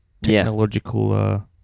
Technological